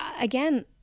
again